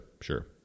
sure